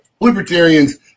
libertarians